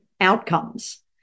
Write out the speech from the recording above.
outcomes